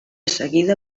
seguida